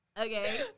Okay